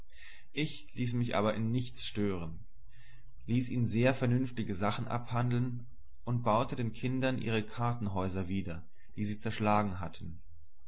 ich ließ mich aber in nichts stören ließ ihn sehr vernünftige sachen abhandeln und baute den kindern ihre kartenhäuser wieder die sie zerschlagen hatten